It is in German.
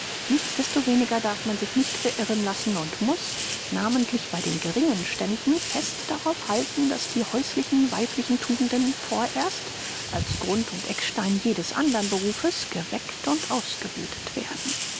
nichtsdestoweniger darf man sich nicht beirren lassen und muß namentlich bei den geringen ständen fest darauf halten daß die häuslichen weiblichen tugenden vorerst als grund und eckstein jedes andern berufes geweckt und ausgebildet werden